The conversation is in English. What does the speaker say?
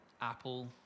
apple